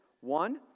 One